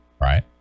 right